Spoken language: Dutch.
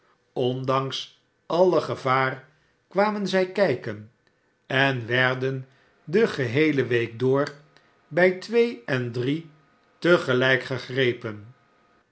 ondanks alle gevaar kwamen zij kijken en werden de geheele week door bij twee en drie te gelijk gejgrepen